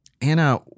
Anna